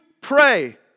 pray